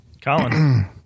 Colin